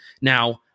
now